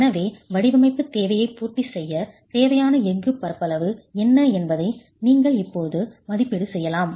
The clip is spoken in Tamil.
எனவே வடிவமைப்புத் தேவையைப் பூர்த்தி செய்யத் தேவையான எஃகுப் பரப்பளவு என்ன என்பதை நீங்கள் இப்போது மதிப்பீடு செய்யலாம்